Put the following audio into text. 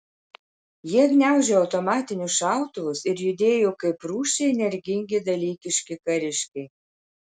jie gniaužė automatinius šautuvus ir judėjo kaip rūsčiai energingi dalykiški kariškiai